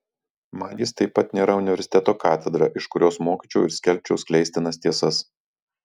man jis taip pat nėra universiteto katedra iš kurios mokyčiau ir skelbčiau skleistinas tiesas